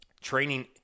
Training